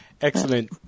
Excellent